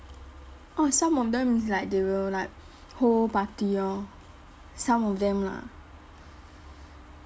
oh some of them is like they will like hold party orh some of them lah